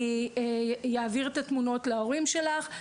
אני אעביר את התמונות להורים שלך,